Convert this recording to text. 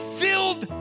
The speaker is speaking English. filled